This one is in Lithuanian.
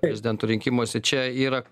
prezidento rinkimuose čia yra